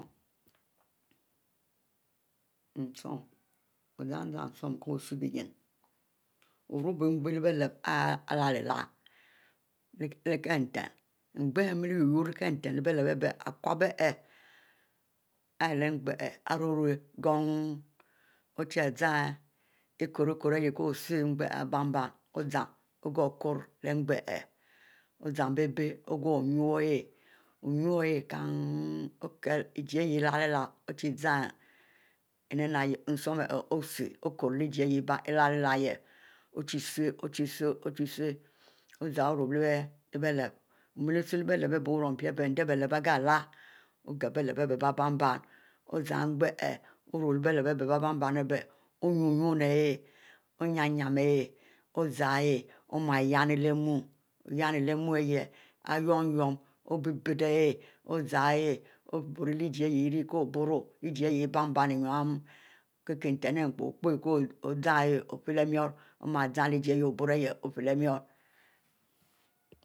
Nzum ozan-zan nsum ko sue bie ninne orubiu nghieh leh bie lep, leh-leh kie nten nghieh ari imile uyuro leh kie nten iquep ari ruie-ruie donn, ochie zan ikori nie kori kyie sule ozan bie biu oyuo ihieh kienn okile ijie heih keh lela okori hieh ori chie zam osum osuie okori ijie ari ihieh leh-leh ochie sule ochie suie ozan orup leh bie lep omiel osuie leh bie lep vui endieh bie lep bie ghieh lar ogpe bie lep ibie bebann ozan nghieh ihieh orup bie ounine, onyine ihieh ozan ihieh oma yenn leh mou oyenn leh ihieh mou ari une-une, biet-biet ihieh ozan ihieh oburo, yie Aari kie biuro ijie ari ibann enu nten and epo kie‪h nten epo ko zam ihieh ofie lep mirro omie zan ubuiro ihieh ofie leh murro